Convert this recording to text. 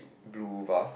blue vase